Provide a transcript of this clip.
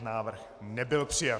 Návrh nebyl přijat.